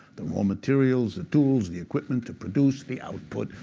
the more materials, the tools, the equipment to produce the output,